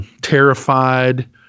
Terrified